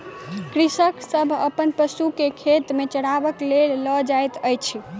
कृषक सभ अपन पशु के खेत में चरबै के लेल लअ जाइत अछि